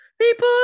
People